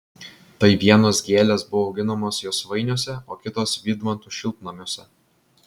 tai vienos gėlės buvo auginamos josvainiuose o kitos vydmantų šiltnamiuose